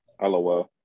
LOL